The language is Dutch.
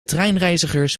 treinreizigers